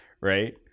Right